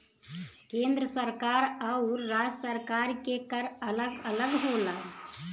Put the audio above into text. केंद्र सरकार आउर राज्य सरकार के कर अलग अलग होला